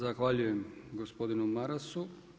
Zahvaljujem gospodinu Marasu.